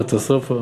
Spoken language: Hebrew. קטסטרופה,